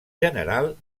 general